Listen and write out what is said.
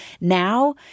Now